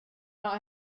not